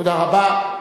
תודה רבה.